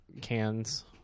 cans